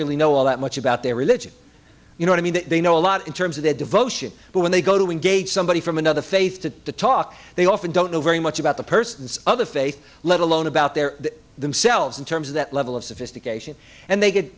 really know all that much about their religion you know i mean they know a lot in terms of their devotion but when they go to engage somebody from another faith to talk they often don't know very much about the person's other faith let alone about their themselves in terms of that level of sophistication and they get